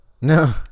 no